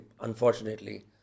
unfortunately